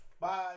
Bye